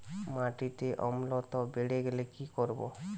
মাটিতে অম্লত্ব বেড়েগেলে কি করব?